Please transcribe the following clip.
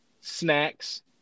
snacks